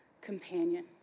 companion